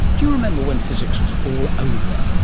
do you remember when physics was all over?